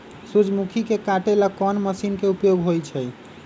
सूर्यमुखी के काटे ला कोंन मशीन के उपयोग होई छइ?